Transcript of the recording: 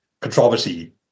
controversy